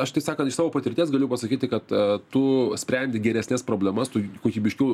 aš tai sakant iš savo patirties galiu pasakyti kad tu sprendi geresnes problemas tu kokybiškiau